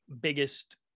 biggest